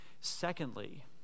Secondly